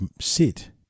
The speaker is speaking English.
sit